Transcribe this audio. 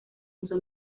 uso